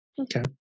Okay